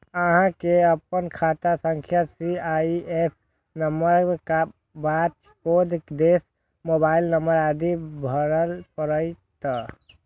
अहां कें अपन खाता संख्या, सी.आई.एफ नंबर, ब्रांच कोड, देश, मोबाइल नंबर आदि भरय पड़त